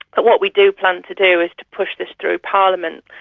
but what we do plan to do is to push this through parliament.